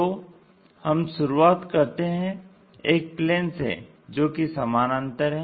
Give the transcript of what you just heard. तो हम शुरुआत करते हैं एक प्लेन से जो कि समानान्तर है